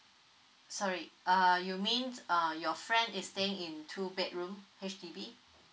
sorry (uh huh) you mean s~ err your friend is staying in two bedroom H_D_B